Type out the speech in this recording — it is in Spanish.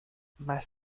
más